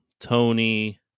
tony